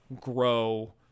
grow